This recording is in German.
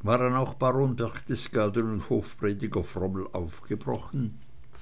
waren auch baron berchtesgaden und hofprediger frommel aufgebrochen